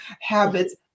habits